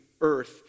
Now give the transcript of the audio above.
earth